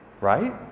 Right